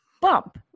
bump